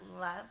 love